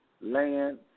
land